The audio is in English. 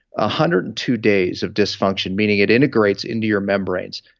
ah hundred and two days of dysfunction, meaning it integrates into your membranes,